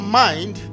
mind